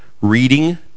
reading